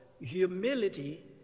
humility